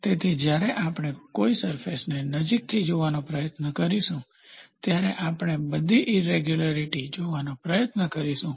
તેથી જ્યારે આપણે કોઈ સરફેસને નજીકથી જોવાનો પ્રયત્ન કરીશું ત્યારે આપણે ઘણી બધી ઈરેગ્યુલારીટીઝ જોવાનો પ્રયત્ન કરીશું